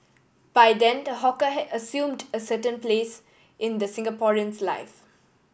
by then the hawker had assumed a certain place in the Singaporean's life